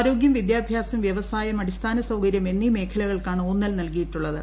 ആരോഗ്യം വിദ്യാഭ്യാസം വ്യവസായം അടിസ്ഥാന സൌകര്യം എന്നീ മേഖലകൾക്കാണ് ഊന്നൽ നല്കിയിട്ടുള്ളത്